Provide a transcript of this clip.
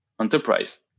enterprise